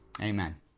Amen